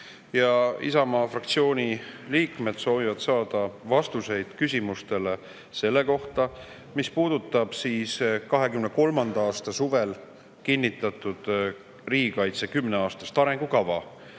Isamaa fraktsiooni liikmed soovivad saada vastuseid küsimustele selle kohta, mis puudutab 2023. aasta suvel kinnitatud kümneaastast riigikaitse arengukava.